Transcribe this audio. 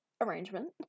arrangement